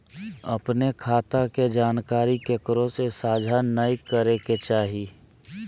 अपने खता के जानकारी केकरो से साझा नयय करे के चाही